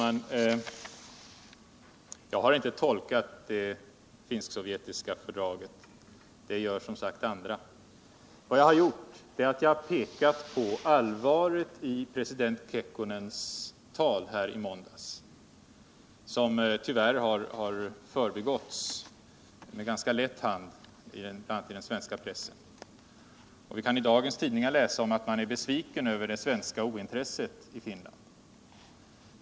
Herr talman! Jag har inte tolkat det finsk-sovjetiska fördraget — det gör som sagt andra. Jag har pekat på allvaret i president Kekkonens tal här i måndags, som tyvärr har förbigåtts med ganska lätt hand bl.a. i den svenska pressen. Vi kan i dagens tidningar läsa att man i Finland är besviken över det svenska ointresset.